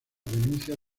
denuncias